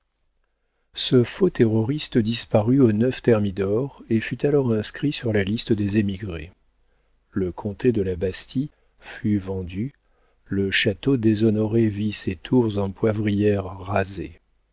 ce faux terroriste disparut au neuf thermidor et fut alors inscrit sur la liste des émigrés le comté de la bastie fut vendu le château déshonoré vit ses tours en poivrière rasées